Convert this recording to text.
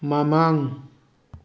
ꯃꯃꯥꯡ